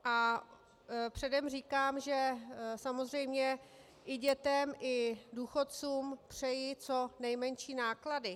A předem říkám, že samozřejmě i dětem i důchodcům přeji co nejmenší náklady.